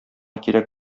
кирәк